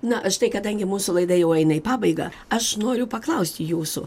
na štai kadangi mūsų laida jau eina į pabaigą aš noriu paklausti jūsų